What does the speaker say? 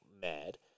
mad